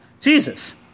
Jesus